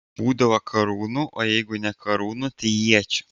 būdavo karūnų o jeigu ne karūnų tai iečių